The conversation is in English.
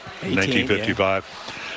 1955